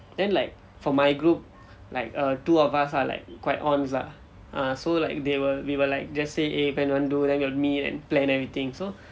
then like for my group err two of us are like quite onz lah ah so like they were we will like just say eh when you want to do then we will meet and plan everything so